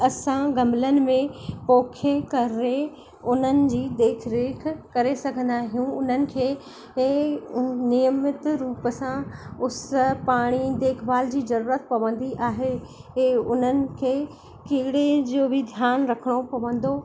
असां गमलनि में पोखे करे उन्हनि जी देख रेख करे सघंदा आहियूं उन्हनि खे ए नियमित रुप सां उस पाणी देखभाल जी ज़रूरत पवंदी आहे हे उन्हनि खे कीड़े जो बि ध्यानु रखणो पवंदो